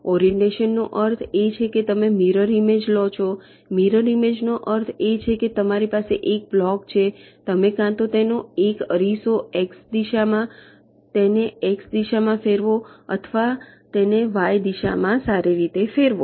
orientation નો અર્થ છે કે તમે મીરર ઈમેજ લો છો મીરર ઈમેજ નો અર્થ એ છે કે તમારી પાસે એક બ્લોક છે તમે કાં તો તેનો એક અરીસો એક્સ દિશામાં તેને એક્સ દિશામાં ફેરવો અથવા તેને વાય દિશામાં સારી રીતે ફેરવો